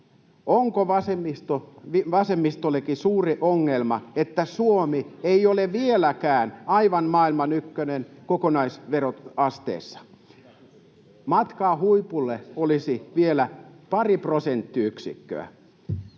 Rantasen välihuuto] että Suomi ei ole vieläkään aivan maailman ykkönen kokonaisveroasteessa? Matkaa huipulle olisi vielä pari prosenttiyksikköä